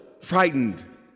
frightened